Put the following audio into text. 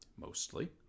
Mostly